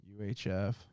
UHF